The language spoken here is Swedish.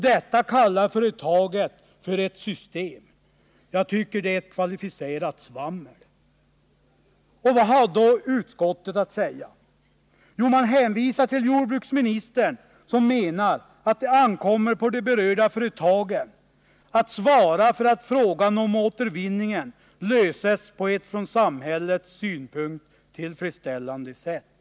Detta kallar företaget för ett system — jag tycker det är kvalificerat svammel. Vad har då utskottet att säga? Jo, man hänvisar till jordbruksministern, som menar att det ankommer på de berörda företagen att svara för att frågan om återvinningen löses på ett från samhällets synpunkt tillfredsställande sätt.